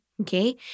okay